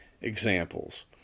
examples